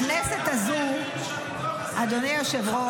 זה כמובן כולל את יהודה והשומרון והכול.